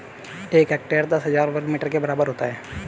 एक हेक्टेयर दस हजार वर्ग मीटर के बराबर होता है